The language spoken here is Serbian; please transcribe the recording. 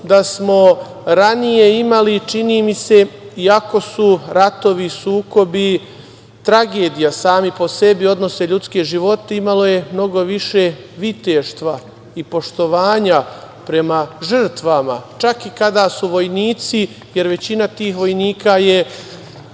da smo ranije imali, čini mi se, iako su ratovi i sukobi tragedija sami po sebi, odnose ljudske živote, mnogo više viteštva i poštovanja prema žrtvama, čak i kada su vojnici u pitanju, jer većina tih vojnika je